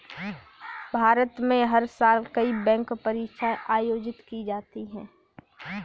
भारत में हर साल कई बैंक परीक्षाएं आयोजित की जाती हैं